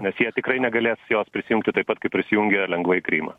nes jie tikrai negalės jos prisijungti taip pat kaip prisijungė lengvai krymą